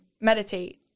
meditate